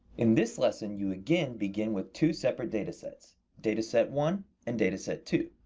in this lesson you again begin with two separate data sets data set one and data set two.